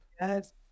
Yes